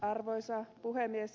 arvoisa puhemies